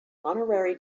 honorary